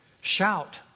Shout